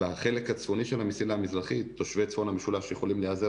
בחלק הצפוני של המסילה המזרחית תושבי צפון המשולש יכולים להיעזר